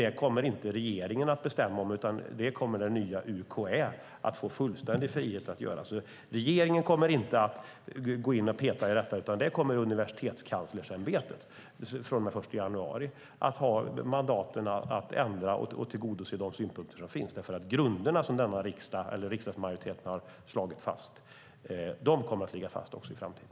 Detta kommer inte regeringen att bestämma om, utan det kommer det nya UKÄ att få fullständig frihet att göra. Regeringen kommer inte att gå in och peta i detta, utan Universitetskanslerämbetet kommer från och med den 1 januari att ha mandat att göra ändringar och att tillgodose de synpunkter som finns. Grunderna som riksdagsmajoriteten har slagit fast kommer att ligga fast också i framtiden.